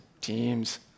teams